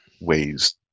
ways